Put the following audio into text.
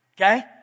Okay